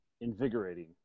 Invigorating